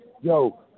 yo